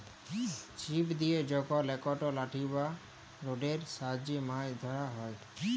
ছিপ দিয়ে যখল একট লাঠি বা রডের সাহায্যে মাছ ধ্যরা হ্যয়